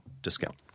discount